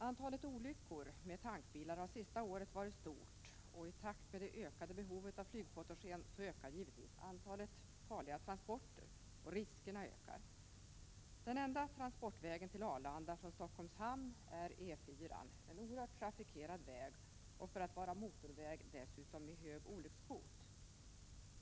Antalet olyckor med tankbilar har det senaste året varit stort, och i takt med det ökade behovet av flygfotogen ökar givetvis antalet farliga transporter, och riskerna ökar. Den enda transportvägen till Arlanda från Stockholms hamn är E4-an, en oerhört trafikerad väg, som dessutom har en hög olyckskvot för att vara motorväg.